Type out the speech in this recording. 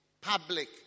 public